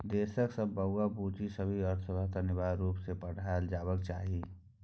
देशक सब बौआ बुच्ची सबकेँ अर्थशास्त्र अनिवार्य रुप सँ पढ़ाएल जेबाक चाही